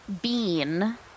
bean